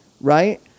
right